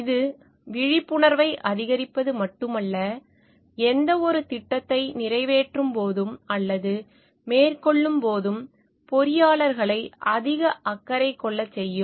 இது விழிப்புணர்வை அதிகரிப்பது மட்டுமல்ல எந்தவொரு திட்டத்தை நிறைவேற்றும் போதும் அல்லது மேற்கொள்ளும் போதும் பொறியாளர்களை அதிக அக்கறை கொள்ளச் செய்யும்